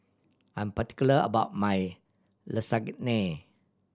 I'm particular about my Lasagne